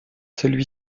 celui